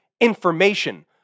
information